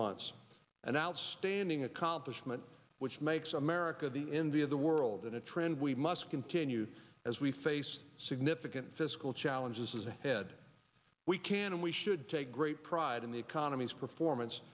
months an outstanding accomplishment which makes america the envy of the world and a trend we must continue as we face significant fiscal challenges ahead we can we should take great pride in the economy's performance